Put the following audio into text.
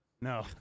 No